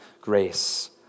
grace